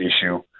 issue